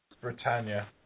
Britannia